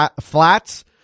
Flats